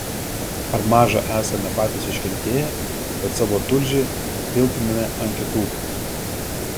ar maža esame patys iškentėję kad savo tulžį piltumėme ant kitų